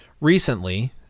Recently